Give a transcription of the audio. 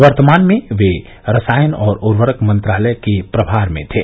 वर्तमान में वे रसायन और उर्वर्यक मंत्रालय के भी प्रमार में थे